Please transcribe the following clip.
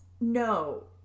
No